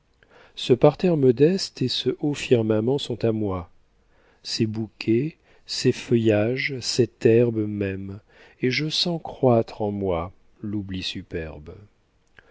ce parterre modeste et ce haut firmament sont à moi ces bouquets ces feuillages cette herbe m'aiment et je sens croître en moi l'oubli superbe